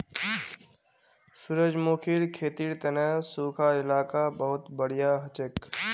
सूरजमुखीर खेतीर तने सुखा इलाका बहुत बढ़िया हछेक